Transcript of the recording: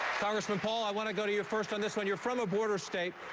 congressman paul, i want to go to you first on this one. you're from a border state.